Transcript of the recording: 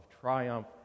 triumph